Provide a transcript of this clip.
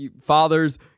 father's